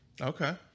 Okay